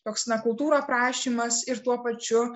toks na kultūrų aprašymas ir tuo pačiu